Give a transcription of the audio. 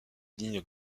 ligne